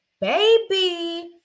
baby